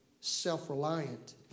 self-reliant